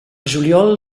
juliol